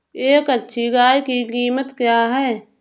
एक अच्छी गाय की कीमत क्या है?